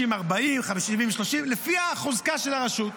60:40, 70:30, לפי חוזקה של הרשות.